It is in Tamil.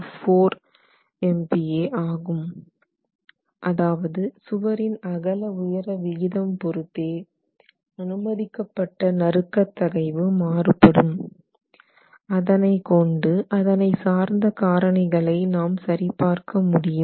4MPa ஆகும் அதாவது சுவரின் அகல உயர விகிதம் பொருத்தே அனுமதிக்கப்பட்ட நறுக்க தகைவு மாறுபடும் அதனை கொண்டு அதனை சார்ந்த காரணிகளை நாம் சரி பார்க்க முடியும்